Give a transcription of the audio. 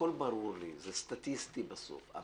הכול ברור לי, זה סטטיסטי בסוף.